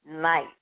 night